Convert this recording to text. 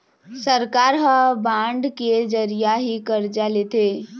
सरकार ह बांड के जरिया ही करजा लेथे